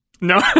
No